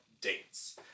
dates